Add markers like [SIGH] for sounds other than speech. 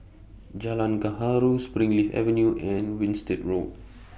Jalan Gaharu Springleaf Avenue and Winstedt Road [NOISE]